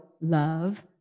love